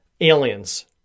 Aliens